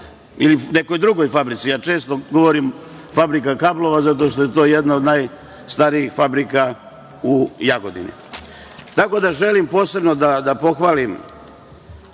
ili nekoj drugoj fabrici, ja često govorim fabrika kablova zato što je to jedna od najstarijih fabrika u Jagodini. Tako da, želim posebno da pohvalim